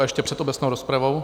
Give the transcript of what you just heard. A ještě před obecnou rozpravou...